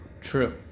True